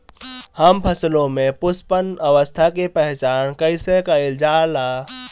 हम फसलों में पुष्पन अवस्था की पहचान कईसे कईल जाला?